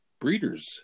Breeders